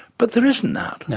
but there isn't that.